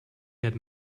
had